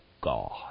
God